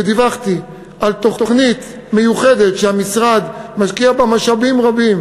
ודיווחתי על תוכנית מיוחדת שהמשרד משקיע בה משאבים רבים,